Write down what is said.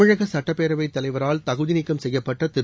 தமிழக சட்டப்பேரவைத் தலைவரால் தகுதிநீக்கம் செய்யப்பட்ட திரு